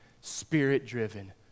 spirit-driven